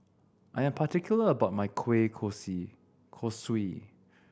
I am particular about my kueh kosui